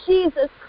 Jesus